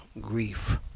grief